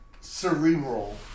cerebral